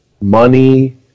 money